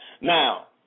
Now